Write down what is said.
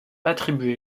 attribué